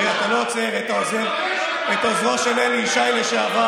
אתה לא עוצר את עוזרו של אלי ישי לשעבר,